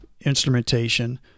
instrumentation